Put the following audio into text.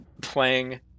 playing